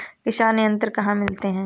किसान यंत्र कहाँ मिलते हैं?